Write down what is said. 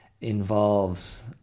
involves